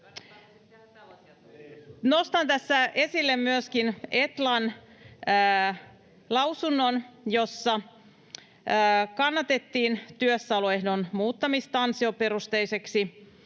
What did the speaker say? Nostan tässä esille myöskin Etlan lausunnon, jossa kannatettiin työssäoloehdon muuttamista ansioperusteiseksi.